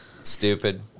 stupid